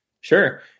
Sure